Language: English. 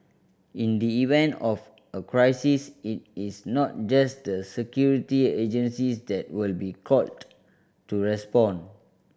in the event of a crisis it is not just the security agencies that will be called to respond